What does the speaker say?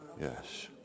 Yes